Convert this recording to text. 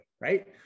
right